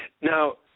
Now